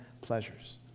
pleasures